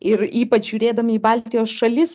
ir ypač žiūrėdami į baltijos šalis